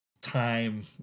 time